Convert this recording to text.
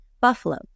Buffalo